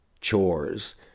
chores